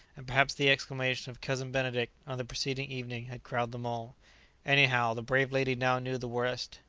and perhaps the exclamation of cousin benedict on the preceding evening had crowned them all anyhow the brave lady now knew the worst.